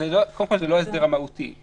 קודם כול, זה לא ההסדר המהותי.